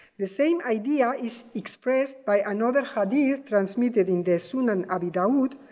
the same idea is expressed by another hadith, transmitted in the sunan abu dawood,